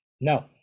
no